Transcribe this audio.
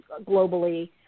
globally